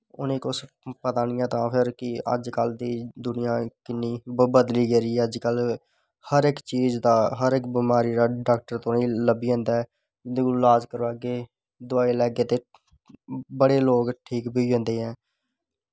उनें कुछ पता नी ऐ तां फिर अजकल दी दुनियां किन्नी बदली गेदी ऐ अजकल हर इक चीज दा हर इक बमारी दा डाक्टर तुसें लब्भी जंदा ऐ उंदे कोला इलाज़ करवागे दवाई लैग्गे ते बड़े लोग ठीक बी होई जंदे ऐ